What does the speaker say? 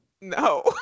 No